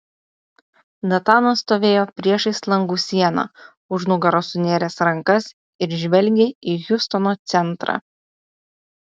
natanas stovėjo priešais langų sieną už nugaros sunėręs rankas ir žvelgė į hjustono centrą